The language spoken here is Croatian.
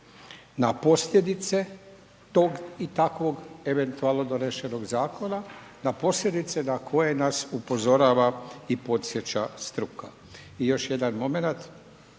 na posljedice tog i takvog eventualno donesenog zakona na posljedice na koje nas upozorava i podsjeća struka. I još jedan momenat,